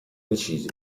decisi